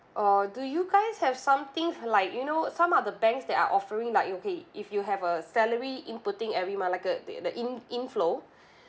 or do you guys have something like you know some other banks they are offering like okay if you have a salary inputting every month like a the the in~ inflow